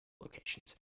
locations